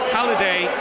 Halliday